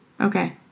Okay